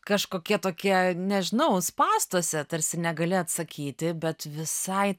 kažkokie tokie nežinau spąstuose tarsi negali atsakyti bet visai